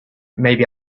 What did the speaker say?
maybe